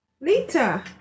Lita